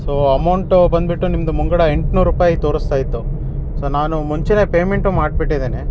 so amount ಬಂದುಬಿಟ್ಟು ನಿಮ್ದು ಮುಂಗಡ ಎಂಟ್ನೂರು ರೂಪಾಯಿ ತೋರಿಸ್ತಾ ಇತ್ತು ಸೊ ನಾನು ಮುಂಚೆನೇ ಪೇಮೆಂಟು ಮಾಡ್ಬಿಟ್ಟಿದ್ದೇನೆ